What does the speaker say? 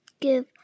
give